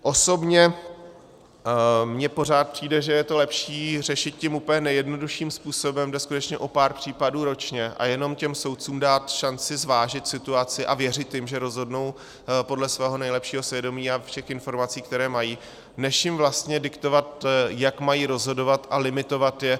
Osobně mně pořád přijde, že je lepší řešit to tím úplně nejjednodušším způsobem, jde skutečně o pár případů ročně, a jenom těm soudcům dát šanci zvážit situaci a věřit jim, že rozhodnou podle svého nejlepšího svědomí a všech informací, které mají, než jim vlastně diktovat, jak mají rozhodovat, a limitovat je.